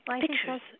pictures